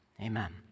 Amen